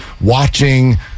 watching